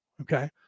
Okay